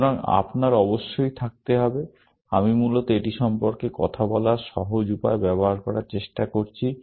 সুতরাং আপনার অবশ্যই থাকতে হবে আমি মূলত এটি সম্পর্কে কথা বলার সহজ উপায় ব্যবহার করার চেষ্টা করছি